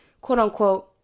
quote-unquote